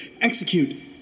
Execute